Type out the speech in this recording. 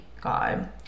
God